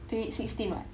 twenty sixteen [what]